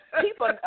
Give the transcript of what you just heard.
People